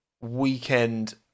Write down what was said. weekend